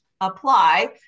apply